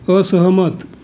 असहमत